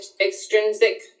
extrinsic